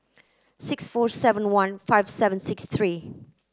six four seven one five seven six three